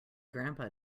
grandpa